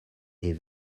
est